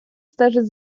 стежить